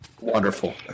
wonderful